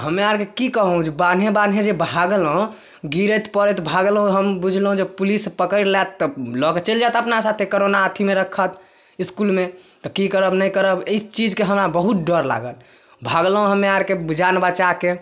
हमे आरके कि कहू जे बान्हे बान्हे जे भागलहुॅं गिरैत पड़ैत भागलहुॅं हम बुझलहुॅं जे पुलिस पकैड़ लैत तऽ लऽके चलि जायत अपना साथे कोरोना अथीमे राखत इसकुलमे तऽ की करब नहि करब एहि चीजके हमरा बहुत डर लागल भागलहुॅं हमे आरके जान बचाके